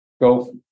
go